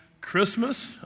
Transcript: Christmas